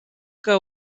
que